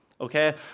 okay